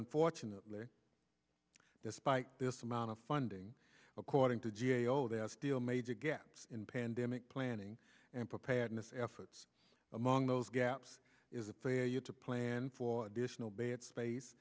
unfortunately despite this amount of funding according to g a o there are still major gaps in pandemic planning and preparedness efforts among those gaps is a failure to plan for additional bad space